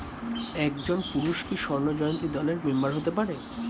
একজন পুরুষ কি স্বর্ণ জয়ন্তী দলের মেম্বার হতে পারে?